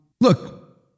Look